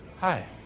Hi